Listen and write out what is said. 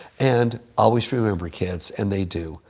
and always remember, kids, and they do,